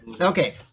Okay